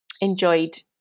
enjoyed